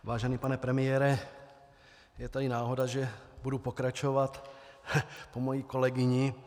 Vážený pane premiére, je tady náhoda, že budu pokračovat po mojí kolegyni.